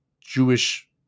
Jewish